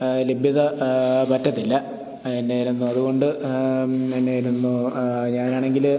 ലഭ്യത പറ്റത്തില്ല എന്നായിരുന്നു അതുകൊണ്ട് എന്നായിരുന്നു ഞാനാണെങ്കില്